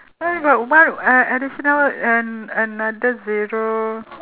why about where uh additional an~ another zero